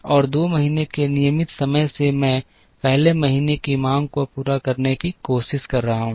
और 2 महीने के नियमित समय से मैं 1 महीने की मांग को पूरा करने की कोशिश कर रहा हूं